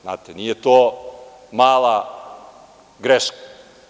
Znate, nije to mala greška.